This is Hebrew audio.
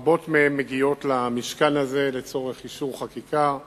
רבות מהן מגיעות למשכן הזה לצורך אישור חקיקה,